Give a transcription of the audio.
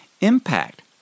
impact